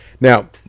Now